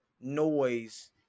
noise